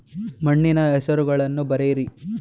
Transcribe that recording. ಮಣ್ಣಿನ ಹೆಸರುಗಳನ್ನು ಬರೆಯಿರಿ